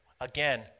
again